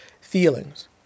feelings